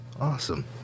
Awesome